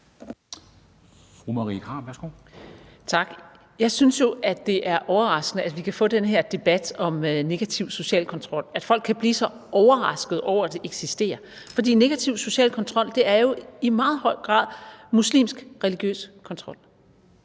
Jeg synes jo, at det er overraskende, at vi kan få den her debat om negativ social kontrol, altså at folk kan blive så overraskede over, at det eksisterer. For negativ social kontrol er i meget høj grad muslimsk religiøs kontrol,